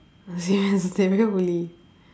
serious they very holy